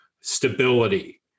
stability